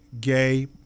gay